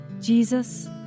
Jesus